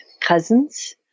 cousins